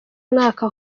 mwaka